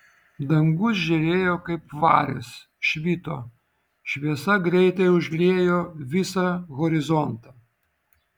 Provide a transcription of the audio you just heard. dangus žėrėjo kaip varis švito šviesa greitai užliejo visą horizontą